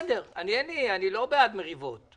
בסדר, אני לא בעד מריבות.